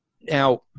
Now